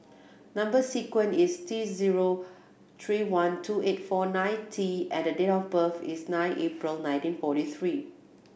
number sequence is T zero three one two eight four nine T and the date of birth is nine April nineteen forty three